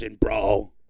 bro